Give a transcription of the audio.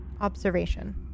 observation